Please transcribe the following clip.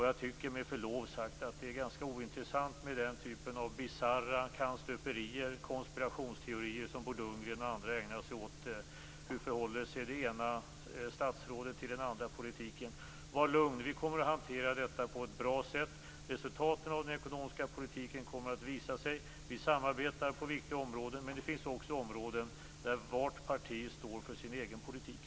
Jag tycker med förlov sagt att det är ganska ointressant med den typ av bisarra kannstöperier och konspirationsteorier som Bo Lundgren och andra ägnar sig åt, och frågor om hur det ena statsrådet förhåller sig till den andra politiken. Var lugn! Vi kommer att hantera detta på ett bra sätt. Resultaten av den ekonomiska politiken kommer att visa sig. Vi samarbetar på viktiga områden, men det finns också områden där varje parti står för sin egen politik.